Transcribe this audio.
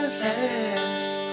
last